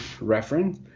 reference